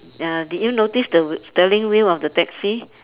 uh did you notice the w~ steering wheel of the taxi